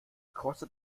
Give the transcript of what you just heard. kostet